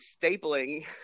stapling